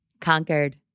conquered